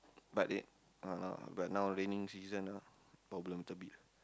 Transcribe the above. but they uh but now raining season ah problem little bit